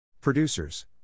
Producers